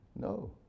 No